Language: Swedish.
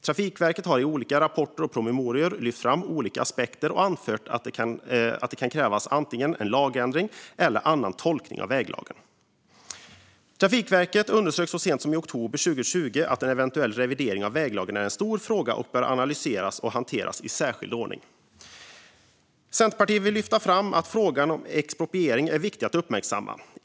Trafikverket har i olika rapporter och promemorior lyft fram olika aspekter och anfört att det kan krävas antingen en lagändring eller en annan tolkning av väglagen. Trafikverket underströk så sent som i oktober 2020 att en eventuell revidering av väglagen är en stor fråga som bör analyseras och hanteras i särskild ordning. Centerpartiet vill lyfta fram att frågan om expropriering är viktig att uppmärksamma.